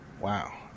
Wow